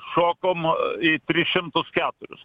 šokom į tris šimtus keturis